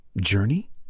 Journey